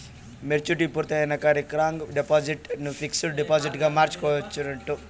maturity పూర్తయినంక recurring deposit ని fixed డిపాజిట్గ మార్చుకోవచ్చునంట